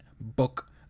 book